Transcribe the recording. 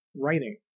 writing